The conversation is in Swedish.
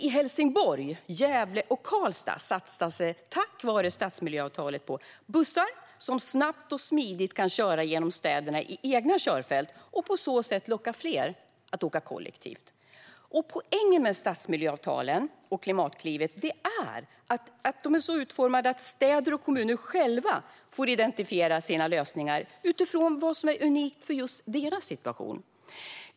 I Helsingborg, Gävle och Karlstad satsas det tack vare stadsmiljöavtal på bussar som snabbt och smidigt kan köra genom städerna i egna körfält och på så sätt locka fler att åka kollektivt. Poängen med stadsmiljöavtalen och Klimatklivet är att de är så utformade att städer och kommuner själva får identifiera sina lösningar utifrån vad som är unikt för just deras situation.